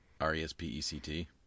R-E-S-P-E-C-T